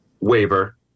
Waiver